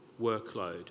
workload